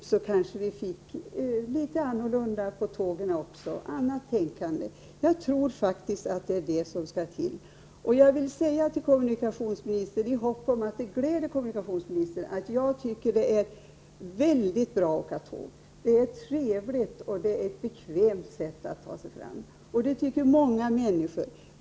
Vi skulle då kanske kunna få det litet annorlunda på tågen också. Jag tror faktiskt att det är något sådant som skall till. Jag hoppas att det gläder kommunikationsministern när jag säger att jag tycker att det är väldigt bra att åka tåg. Det är trevligt, och det är ett bekvämt 67 sätt att ta sig fram. Det tycker många människor.